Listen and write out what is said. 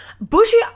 Bushy